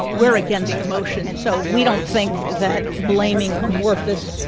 we're against the motion, so we don't think that blaming amorphous,